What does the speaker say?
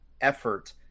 effort